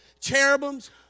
cherubims